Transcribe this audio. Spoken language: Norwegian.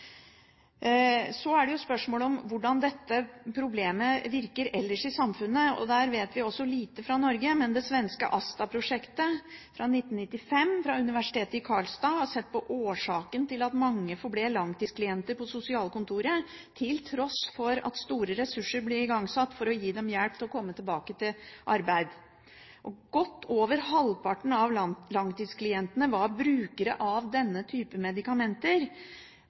Så er det spørsmål om hvordan dette problemet virker ellers i samfunnet. Der vet vi også lite fra Norge, men det svenske ASTA-prosjektet, fra 1995, fra universitetet i Karlstad, har sett på årsaken til at mange forble langtidsklienter på sosialkontoret til tross for at store ressurser ble igangsatt for å gi dem hjelp til å komme tilbake i arbeid. Godt over halvparten av langtidsklientene var brukere av denne typen medikamenter